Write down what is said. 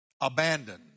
abandoned